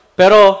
pero